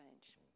change